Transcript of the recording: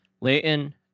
Leighton